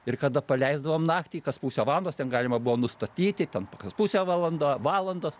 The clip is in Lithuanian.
ir kada paleisdavom naktį kas pusę valandos ten galima buvo nustatyti ten kas pusę valandos valandos